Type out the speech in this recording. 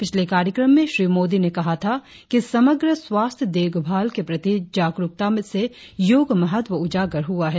पिछले कार्यक्रम में श्री मोदी ने कहा था कि समग्र स्वास्थ्य देखभाल के प्रति जारुकता से योग महत्व उजागर हुआ है